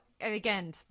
again